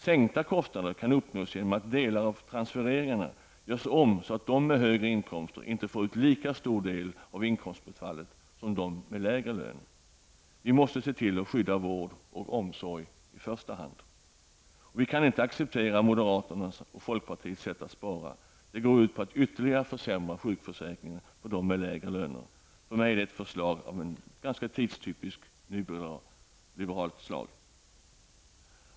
Sänkta kostnader kan uppnås genom att delar av transfereringarna görs om så att de som har högre inkomster inte får ut lika stor del av inkomstbortfallet som de som har lägre lön. Vi måste se till att i första hand skydda vård och omsorg. Vi kan inte acceptera moderaternas och folkpartiets sätt att spara. Det går ut på att ytterligare försämra sjukförsäkringen för dem som har lägre löner. För mig är det ett förslag av ganska tidstypiskt nyliberalt slag.